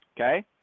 Okay